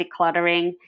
decluttering